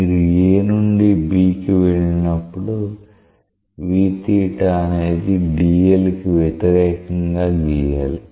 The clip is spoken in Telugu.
మీరు A నుండి B కి వెళ్ళినప్పుడు v అనేది dl కి వ్యతిరేకంగా గీయాలి